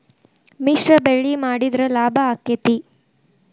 ಮಿಶ್ರ ಬೆಳಿ ಮಾಡಿದ್ರ ಲಾಭ ಆಕ್ಕೆತಿ?